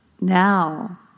Now